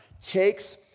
takes